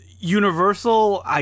Universal